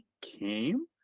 came